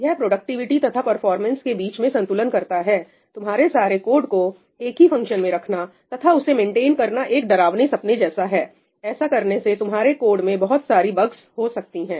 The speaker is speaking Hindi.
यह प्रोडक्टिविटी तथा परफॉर्मेंस के बीच में संतुलन करता है तुम्हारे सारे कोड को एक ही फंक्शन में रखना तथा उसे मेंटेन करना एक डरावना सपना जैसे है ऐसा करने से तुम्हारे कोड में बहुत सारी बगस गलतियां हो सकती हैं